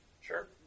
Sure